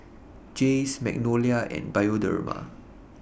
Jays Magnolia and Bioderma